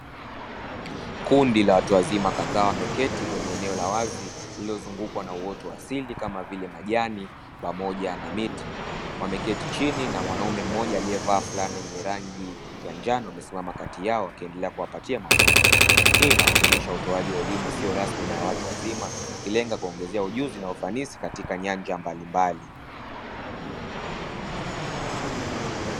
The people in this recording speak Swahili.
kundi la watu wazima kadhaa wameketi kwenye eneo la wazi lililozungukwa na uoto asili kama vile majani pamoja na miti wameketi chini na mwanaume mmoja aliyevaa fulana yenye rangi ya njano amesimama kati yao akiendelea kuwapatia mafunzo. Hii inawakilisha utoaji wa elimu isiyo rasmi na ya watu wazima, ikilenga kuwaongezea ujuzi na ufanisi katika nyanja mbalimbali.